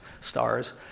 stars